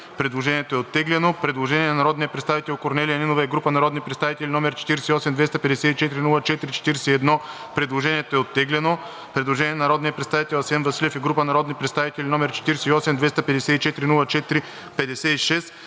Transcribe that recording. Предложението е оттеглено. Предложение на народния представител Корнелия Нинова и група народни представители, № 48-254-04-41. Предложението е оттеглено. Предложение на народния представител Асен Василев и група народни представители, № 48-254-04-56.